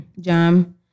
jam